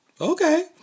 Okay